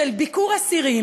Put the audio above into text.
ביקור אסירים